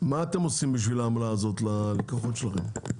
מה אתם עושים בשביל העמלה הזאת ללקוחות שלכם?